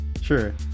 Sure